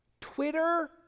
Twitter